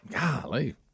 golly